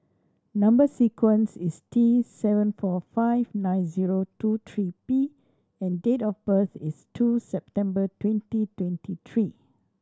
number sequence is T seven four five nine zero two three P and date of birth is two September twenty twenty three